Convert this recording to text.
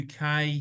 UK